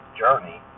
journey